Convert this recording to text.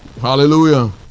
Hallelujah